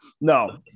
no